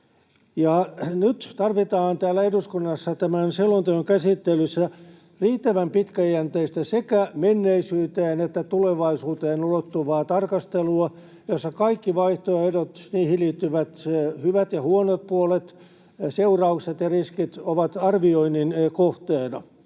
Nyt tarvitaan täällä eduskunnassa tämän selonteon käsittelyssä riittävän pitkäjänteistä sekä menneisyyteen että tulevaisuuteen ulottuvaa tarkastelua, jossa kaikki vaihtoehdot, niihin liittyvät hyvät ja huonot puolet, seuraukset ja riskit ovat arvioinnin kohteena.